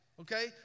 okay